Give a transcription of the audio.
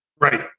Right